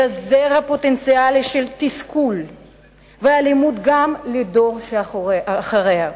אלא זרע פוטנציאלי של תסכול ואלימות גם לדור שאחריה.